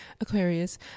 aquarius